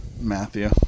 Matthew